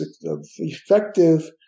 effective